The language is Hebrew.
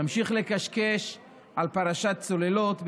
תמשיך לקשקש על פרשת הצוללות,